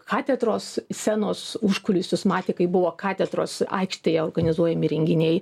katedros scenos užkulisius matė kaip buvo katedros aikštėje organizuojami renginiai